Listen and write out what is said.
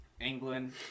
England